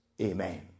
Amen